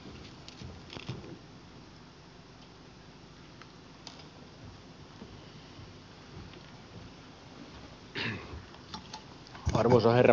arvoisa herra puhemies